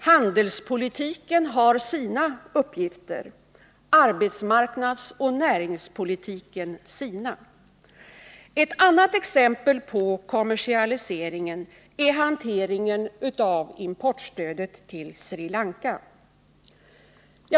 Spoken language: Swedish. Handelspolitiken har sina uppgifter, arbetsmarknadsoch näringspolitiken sina. Ett annat exempel på kommersialiseringen är hanteringen av importstödet till Sri Lanka.